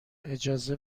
اجازه